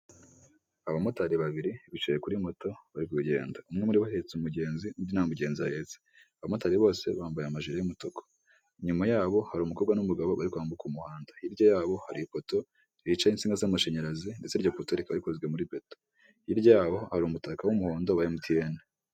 Abamotari babiri bicaye kuri moto bari kugenda umwe muri bo ahetse umugenzi undi nta mugenzi ahetse, abamotari bose bambaye amajire y'umutuku, inyuma yabo hari umukobwa n'umugabo bari kwambuka umuhanda hirya yabo hari ipoto ricaho insinga z'amashanyarazi ndetse iryo poto rikaba ririho ikozwe muri beto, hirya yaho hari umutaka w'umuhondo wa emutiyene.